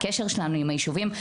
הקשר שלנו עם הישובים,